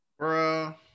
Bro